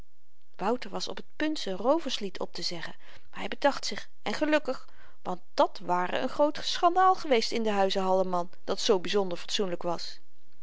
wouter was op t punt z'n rooverslied optezeggen maar hy bedacht zich en gelukkig want dat ware n groot schandaal geweest in den huize halleman dat zoo byzonder fatsoenlyk was